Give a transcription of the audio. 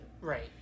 right